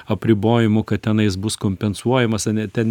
apribojimų kad tenais bus kompensuojamas ane ten